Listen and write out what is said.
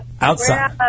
Outside